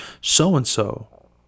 so-and-so